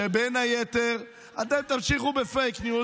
שבין היתר, איפה 9 מיליארד?